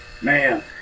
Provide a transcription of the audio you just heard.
Man